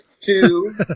two